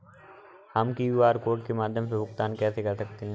हम QR code के माध्यम से भुगतान कैसे कर सकते हैं?